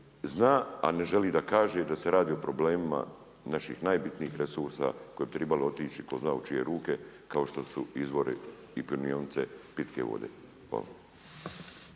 zna a ne želi da kaže, da se radi o problemima naših najbitnijih resursa koje bi trebalo otići ko zna u čije ruke, kao što su izvori i …/Govornik se ne